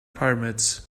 pyramids